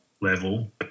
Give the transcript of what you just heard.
level